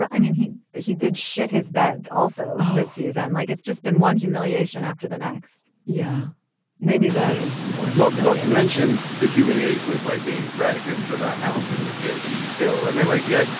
i mean he he did shit his bed. also this season like it's just been one humiliation after the next yeah maybe that is more not me not to mention the humiliation is like being dragged into that house as the kid who you kill. i mean like yeah.